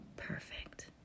Perfect